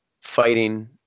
fighting